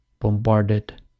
bombarded